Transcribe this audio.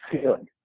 feeling